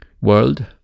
world